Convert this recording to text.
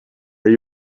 are